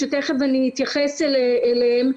שתיכף אני אתייחס אליהם,